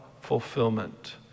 fulfillment